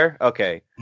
okay